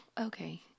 okay